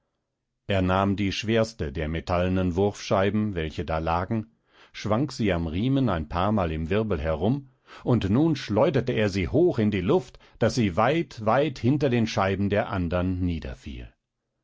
er nahm die schwerste der metallenen wurfscheiben welche da lagen schwang sie am riemen ein paarmal im wirbel herum und nun schleuderte er sie hoch in die luft daß sie weit weit hinter den scheiben der andern